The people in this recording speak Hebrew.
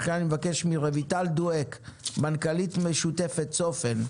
לכן, אני מבקש מרביטל דואק מנכ"לית משותפת צופן.